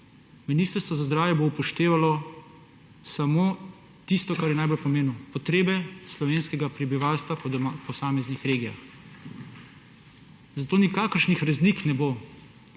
Ministrstvo za zdravje bo upoštevalo samo tisto, kar je najbolj pomembno, potrebe slovenskega prebivalstva po posameznih regijah. Zato nikakršnih razlik ne bo